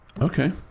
Okay